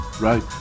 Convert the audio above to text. Right